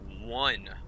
one